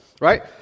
right